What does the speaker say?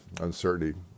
uncertainty